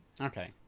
Okay